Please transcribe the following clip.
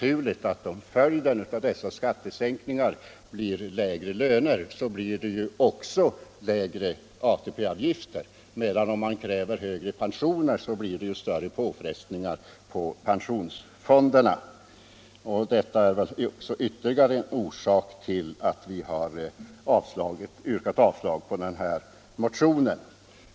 Om följden av skattesänkningarna blir lägre löner, får man naturligtvis också minskade ATP-avgifter, medan påfrestningarna på pensionsfonderna ökar om man kräver högre pensioner. Detta är ytterligare en orsak till att vi yrkar avslag på motionen.